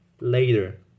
later